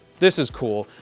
this is cool.